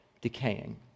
decaying